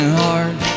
heart